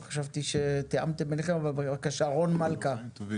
בבקשה, רון מלכא.